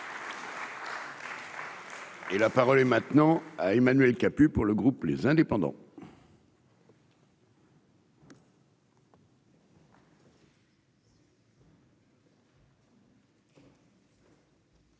Et la parole est maintenant à Emmanuel Capus pour le groupe, les indépendants.